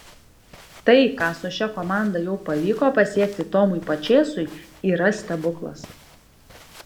tai ką su šia komanda jau pavyko pasiekti tomui pačėsui yra stebuklas